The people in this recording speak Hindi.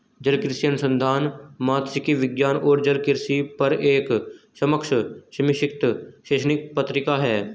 जलकृषि अनुसंधान मात्स्यिकी विज्ञान और जलकृषि पर एक समकक्ष समीक्षित शैक्षणिक पत्रिका है